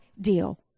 deal